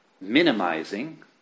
minimizing